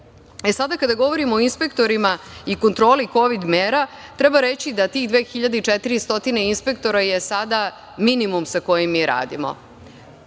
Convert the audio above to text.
pitanju. Kada govorimo o inspektorima i kontroli kovid mera, treba reći da tih 2400 inspektora je sada minimum sa kojim mi radimo.